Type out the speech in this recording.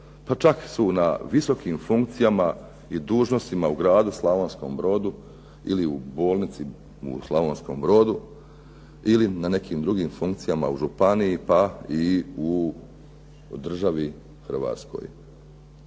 pa čak su na visokim funkcijama i dužnostima u gradu Slavonskom brodu ili u bolnici u Slavonskom brodu ili na nekim drugim funkcijama u županiji pa i u državi Hrvatskoj.